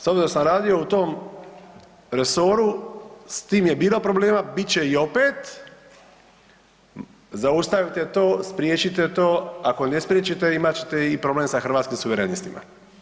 S obzirom da sam radio u tom resoru s tim je bilo problema, bit će ih opet, zaustavite to, spriječite to, ako ne spriječite imat ćete i problem sa Hrvatskim suverenistima.